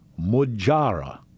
mujara